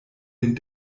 den